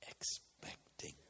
expecting